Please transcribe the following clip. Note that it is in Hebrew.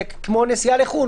זה כמו נסיעה לחו"ל,